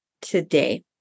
today